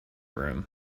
room